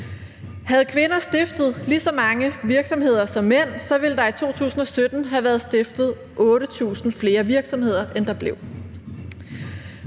Havde kvinder stiftet lige så mange virksomheder som mænd, ville der i 2017 have været stiftet 8.000 flere virksomheder, end der blev.